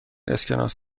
اسکناس